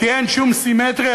כי אין שום סימטריה.